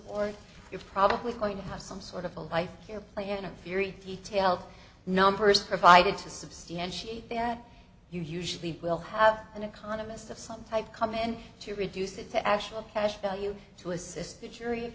or you're probably going to have some sort of a life care plan a fury detail numbers provided to substantiate that you usually will have an economist of some type come in to reduce it to actual cash value to assist the jury if